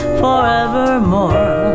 forevermore